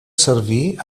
servir